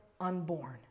unborn